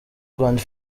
rwanda